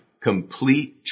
complete